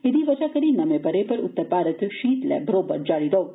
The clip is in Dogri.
एह्दी वजह करी नमें ब'रे पर उत्तर भारत च शीत लैहर बरोबर जारी रौहग